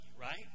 right